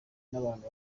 n’abantu